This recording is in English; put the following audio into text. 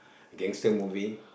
gangster movie